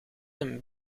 een